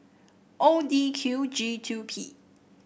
O D Q G two P